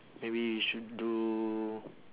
maybe you should do